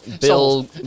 Bill